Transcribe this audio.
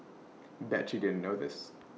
bet you didn't know this